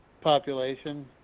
population